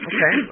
Okay